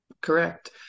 Correct